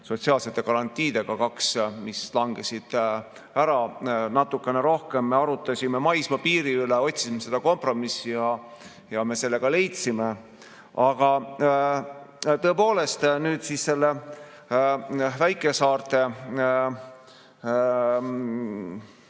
sotsiaalsete garantiidega kaks, mis langesid ära. Natukene rohkem me arutasime maismaapiiri üle, otsisime kompromissi ja selle me ka leidsime. Aga tõepoolest, see väikesaarte turvalisuse